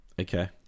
Okay